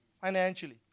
financially